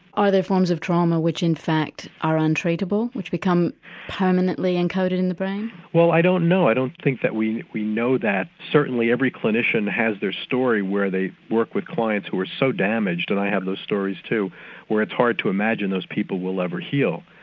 are there forms of trauma which, in fact, are untreatable, untreatable, which become permanently encoded in the brain? well i don't know, i don't think that we we know that, certainly every clinician has their story where they work with clients who are so damaged, and i have those stories too where it's hard to imagine those people will ever heal.